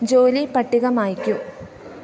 ജോലി പട്ടിക മായ്ക്കൂ